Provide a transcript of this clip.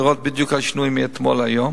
לראות בדיוק מה השינויים מאתמול להיום